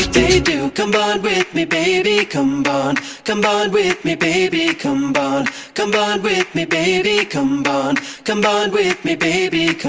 do come bond with me baby, come bond come bond with me baby, come bond come bond with me baby, come bond come bond with me baby,